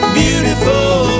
beautiful